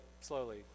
slowly